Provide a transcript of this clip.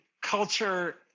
culture